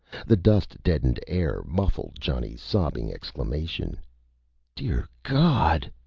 the dust-deadened air muffled johnny's sobbing exclamation dear god!